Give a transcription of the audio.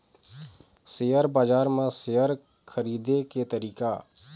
Share बजार म share खरीदे के तरीका?